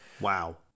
Wow